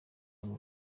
abo